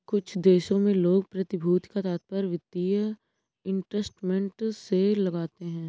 कुछ देशों में लोग प्रतिभूति का तात्पर्य वित्तीय इंस्ट्रूमेंट से लगाते हैं